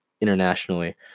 internationally